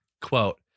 Quote